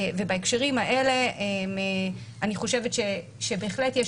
ובהקשרים האלה אני חושבת שבהחלט יש